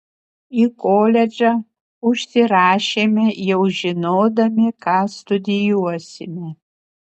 į koledžą užsirašėme jau žinodami ką studijuosime